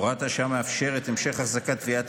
הוראת השעה מאפשרת המשך החזקת טביעות